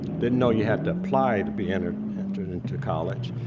didn't know you had to apply to be entered entered into college,